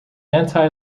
anti